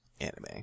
Anime